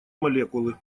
молекулы